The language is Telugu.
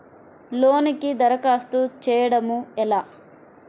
లోనుకి దరఖాస్తు చేయడము ఎలా?